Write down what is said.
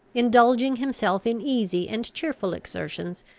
indulging himself in easy and cheerful exertions,